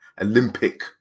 Olympic